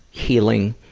healing